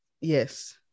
yes